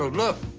ah look,